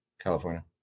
California